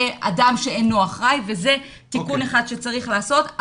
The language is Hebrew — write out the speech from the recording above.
אדם שאינו אחראי וזה תיקון אחד שצריך לעשות.